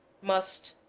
must,